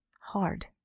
hard